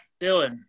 Dylan